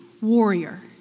warrior